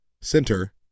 Center